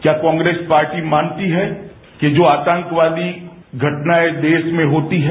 क्या कांग्रेस पार्टी मानती है कि जो आतंकवादी घटनाएं देश में होती हैं